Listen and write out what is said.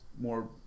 more